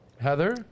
Heather